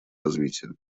развития